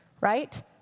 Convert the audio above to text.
right